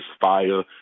fire